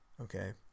okay